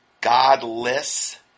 Godless